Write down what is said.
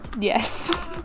Yes